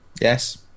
Yes